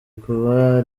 kuba